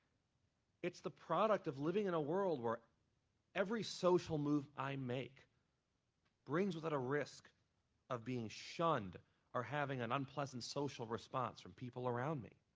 it's the product of living in a world where every social move i make brings with it a risk of being shunned or having an unpleasant social response from people around me.